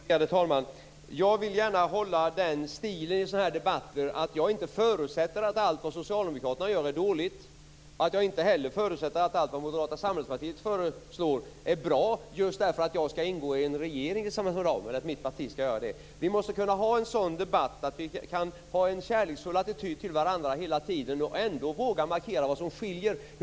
Värderade talman! Jag vill gärna hålla en sådan stil i den här typen av debatter att jag inte förutsätter att allt som Socialdemokraterna gör är dåligt och att jag inte heller förutsätter att allt som Moderata samlingspartiet föreslår är bra just därför att mitt parti skall ingå i en regering med Moderata samlingspartiet. Vi måste kunna föra en sådan debatt att vi kan ha en kärleksfull attityd till varandra hela tiden och ändå våga markera vad som skiljer oss åt.